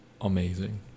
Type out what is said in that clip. amazing